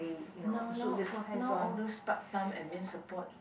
now now now all those part time admin support